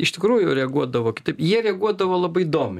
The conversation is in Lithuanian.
iš tikrųjų reaguodavo jie reaguodavo labai įdomiai